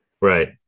Right